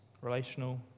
relational